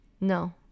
No